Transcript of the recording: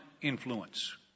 influence